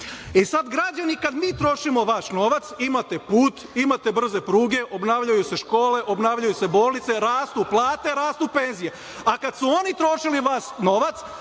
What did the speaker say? E, sad građani kad mi trošimo vaš novac imate put, imate brze pruge, obnavljaju se škole, obnavljaju se bolnice, rastu plate, rastu penzije. A kad su oni trošili vaš novac